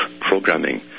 programming